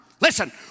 Listen